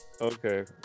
Okay